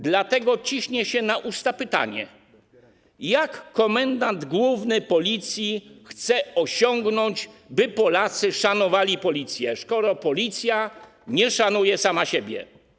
Dlatego ciśnie się na usta pytanie: Jak komendant główny Policji chce osiągnąć taki efekt, by Polacy szanowali Policję, skoro Policja nie szanuje sama siebie?